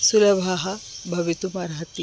सुलभः भवितुम् अर्हति